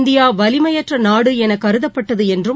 இந்தியாவலிமையற்றநாடுஎனகருதப்பட்டதுஎன்றும்